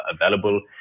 available